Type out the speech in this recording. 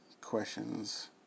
questions